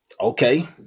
Okay